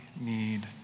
need